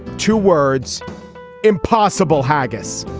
two words impossible haggis.